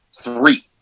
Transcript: Three